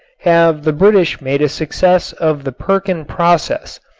have the british made a success of the perkin process,